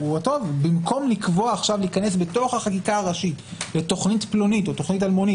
במקום להיכנס לתוך החקיקה הראשית לתכנית פלונית או אלמונית